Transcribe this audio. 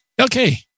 Okay